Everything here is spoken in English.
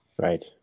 Right